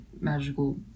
magical